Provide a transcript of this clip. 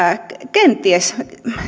kenties